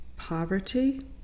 poverty